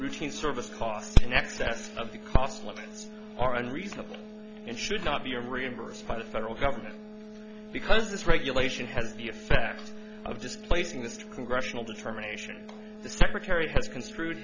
routine service costs in excess of the cost limits are unreasonable and should not be a reimbursed by the federal government because this regulation has the effect of just placing the congressional determination the secretary has construed